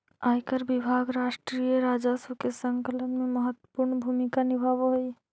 आयकर विभाग राष्ट्रीय राजस्व के संकलन में महत्वपूर्ण भूमिका निभावऽ हई